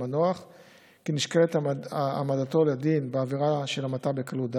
המנוח כי נשקלת העמדתו לדין בעבירה של המתה בקלות דעת,